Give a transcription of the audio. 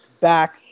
back